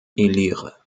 élire